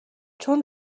چون